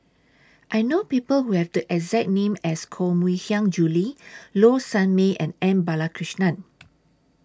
I know People Who Have The exact name as Koh Mui Hiang Julie Low Sanmay and M Balakrishnan